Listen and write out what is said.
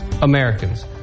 Americans